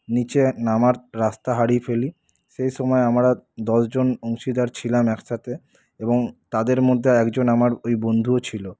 নিচে নামার রাস্তা হারিয়ে ফেলি সেই সময় আমরা দশজন অংশীদার ছিলাম এক সাথে এবং তাদের মধ্যে একজন আমার ওই বন্ধুও ছিল